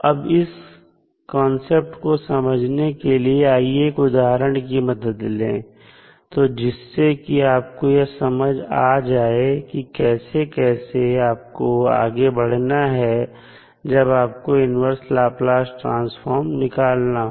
अब इस कांसेप्ट को समझने के लिए आइए एक उदाहरण की मदद ले तो जिससे कि आपको यह समझ आ जाए की कैसे कैसे आपको आगे बढ़ना है जब आपको इन्वर्स लाप्लास ट्रांसफॉर्म निकालना हो